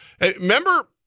Remember